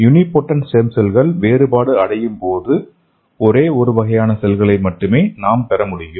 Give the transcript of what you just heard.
unipotent stem செல்கள் வேறுபாடு அடையும்போது நாம் ஒரே ஒரு வகை செல்களை மட்டும் பெற முடியும்